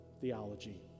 theology